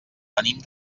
venim